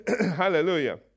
Hallelujah